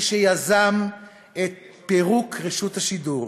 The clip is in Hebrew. מי שיזם את פירוק רשות השידור,